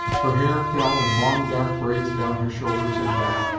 her hair fell in long dark braids down her shoulders and back,